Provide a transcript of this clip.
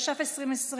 התש"ף 2020,